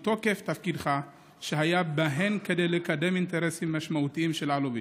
מתוקף תפקידך שהיה בהן כדי לקדם אינטרסים משמעותיים של אלוביץ',